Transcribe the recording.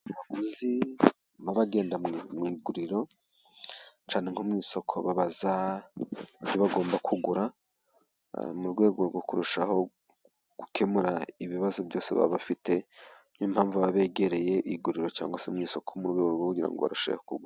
Abaguzi baba bagenda mu iguriro cyane nko mu isoko babaza ibyo bagomba kugura, mu rwego rwo kurushaho gukemura ibibazo byose baba bafite. Niyo mpamvu baba begereye iguriro cyangwa se isoko mu rwo kugira ngo barusheho kugura.